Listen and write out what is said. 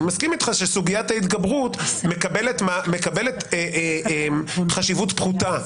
אני מסכים איתך שסוגיית ההתגברות מקבלת חשיבות פחותה.